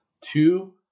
Two